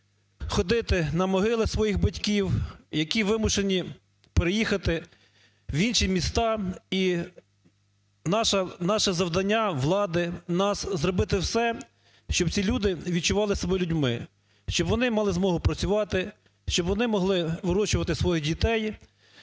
ходити на могили своїх батьків, які вимушені переїхати в інші міста. І наше завдання, влади, нас – зробити все, щоб ці люди відчували себе людьми. Щоб вони мали змогу працювати, щоб вони могли вирощувати своїх дітей,